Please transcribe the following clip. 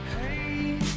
Hey